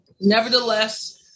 nevertheless